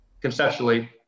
conceptually